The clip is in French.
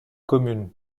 commune